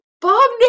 Bob